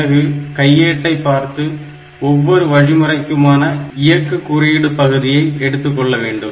பிறகு கையேட்டை பார்த்து ஒவ்வொரு வழிமுறைக்குமான இயக்கு குறியீடு பகுதியை எடுத்துக்கொள்ள வேண்டும்